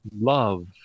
love